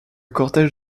cortège